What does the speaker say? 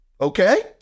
Okay